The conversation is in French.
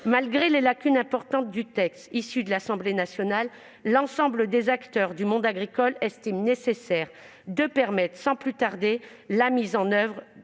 Malgré les lacunes importantes du texte issu de l'Assemblée nationale, l'ensemble des acteurs du monde agricole estiment nécessaire de permettre, sans plus tarder, la mise en oeuvre